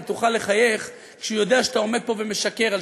אם תוכל לחייך כשהוא יודע שאתה עומד פה ומשקר על